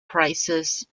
prices